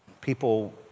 people